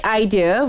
idea